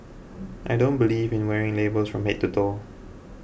I don't believe in wearing labels from head to toe